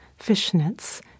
Fishnets